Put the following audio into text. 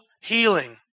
healing